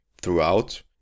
throughout